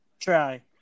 try